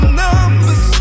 numbers